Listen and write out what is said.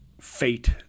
fate